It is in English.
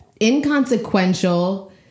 inconsequential